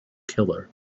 killer